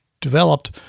developed